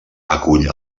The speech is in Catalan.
acull